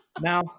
Now